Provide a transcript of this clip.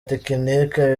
tekinike